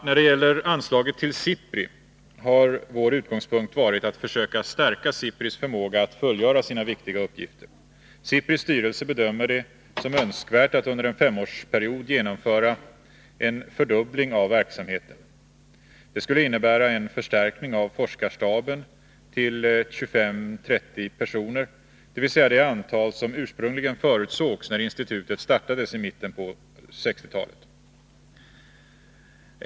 När det gäller anslaget till SIPRI har vår utgångspunkt varit att försöka stärka SIPRI:s förmåga att fullgöra sina viktiga uppgifter. SIPRI:s styrelse bedömer det som önskvärt att under en femårsperiod genomföra en fördubbling av verksamheten. Det skulle innebära en förstärkning av forskarstaben till 25-30 personer, dvs. det antal som ursprungligen förutsågs när institutet startades i mitten av 1960-talet.